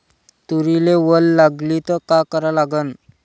तुरीले वल लागली त का करा लागन?